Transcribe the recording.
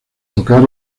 tocar